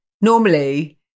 Normally